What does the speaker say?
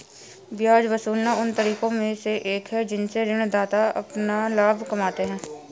ब्याज वसूलना उन तरीकों में से एक है जिनसे ऋणदाता अपना लाभ कमाते हैं